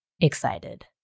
excited